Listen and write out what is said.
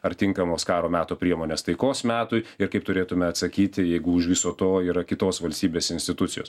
ar tinkamos karo meto priemonės taikos metui ir kaip turėtume atsakyti jeigu už viso to yra kitos valstybės institucijos